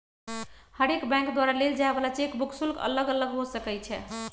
हरेक बैंक द्वारा लेल जाय वला चेक बुक शुल्क अलग अलग हो सकइ छै